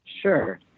sure